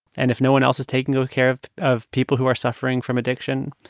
and if no one else is taking good care of of people who are suffering from addiction,